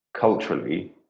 culturally